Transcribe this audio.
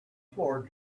floor